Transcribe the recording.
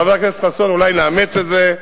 חבר הכנסת חסון, אולי נאמץ את זה,